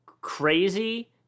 crazy –